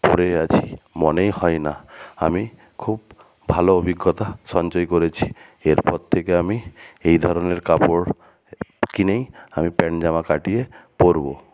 পরে আছি মনেই হয় না আমি খুব ভালো অভিজ্ঞতা সঞ্চয় করেছি এরপর থেকে আমি এই ধরনের কাপড় কিনেই আমি প্যান্ট জামা কাটিয়ে পরবো